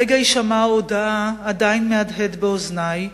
רגע הישמע ההודעה עדיין מהדהד באוזני,